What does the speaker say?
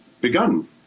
begun